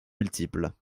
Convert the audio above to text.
multiples